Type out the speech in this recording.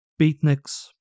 beatniks